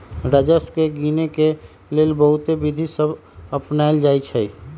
राजस्व के गिनेके लेल बहुते विधि सभ अपनाएल जाइ छइ